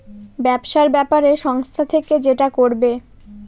ব্যবসার ব্যাপারে সংস্থা থেকে যেটা করবে